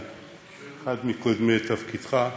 אחד מהקודמים בתפקידך,